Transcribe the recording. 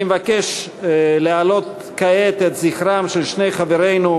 אני מבקש להעלות כעת את זכרם של שני חברינו,